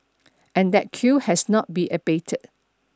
and that queue has not be abated